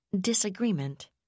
disagreement